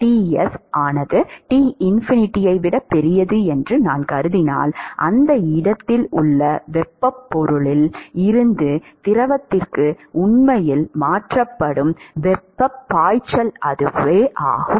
Ts ஆனது T∞ ஐ விட பெரியது என்று நான் கருதினால் அந்த இடத்தில் உள்ள திடப்பொருளில் இருந்து திரவத்திற்கு உண்மையில் மாற்றப்படும் வெப்பப் பாய்ச்சல் அதுவாகும்